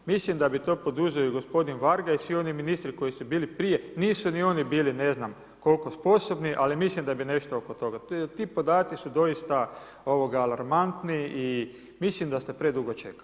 Mislim da bi to poduzeo i gospodin Varga i svi oni ministri koji su bili prije, nisu ni oni bili ne znam koliko sposobni, ali mislim da bi nešto oko toga, ti podaci su doista dosta alarmantni i mislim da ste predugo čekali.